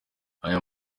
aya